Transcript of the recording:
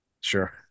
Sure